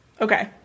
Okay